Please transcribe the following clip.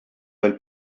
del